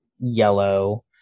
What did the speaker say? yellow